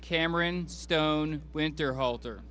cameron stone winter halter